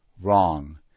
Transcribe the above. Wrong